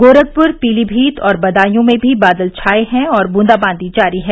गोरखपुर पीलीभीत और बदायूं में भी बादल छाए हैं और बूंदाबांदी जारी है